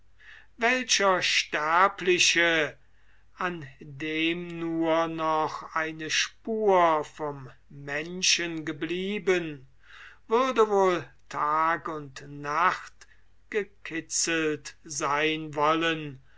welcher sterbliche an dem nur noch eine spur vom menschen geblieben würde wohl tag und nacht gekitzelt sein wollen